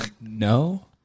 No